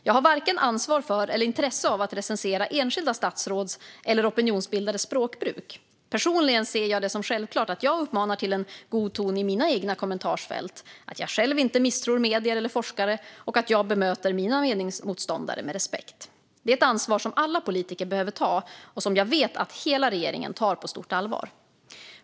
Jag har varken ansvar för eller intresse av att recensera enskilda statsråds eller opinionsbildares språkbruk. Personligen ser jag det som självklart att jag uppmanar till en god ton i mina egna kommentarsfält, att jag själv inte misstror medier eller forskare och att jag bemöter mina meningsmotståndare med respekt. Det är ett ansvar som alla politiker behöver ta och som jag vet att hela regeringen tar på stort allvar.